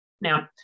Now